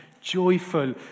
joyful